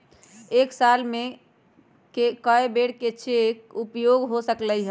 एक साल में कै बेर चेक के उपयोग हो सकल हय